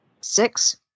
Six